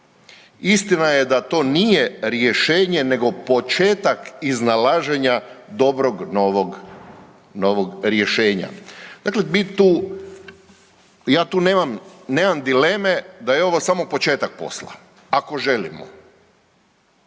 istina je da to nije rješenje nego početak iznalaženja dobrog novog rješenja. Dakle mi tu, ja tu nemam dileme, da je ovo samo početak posla, ako želimo.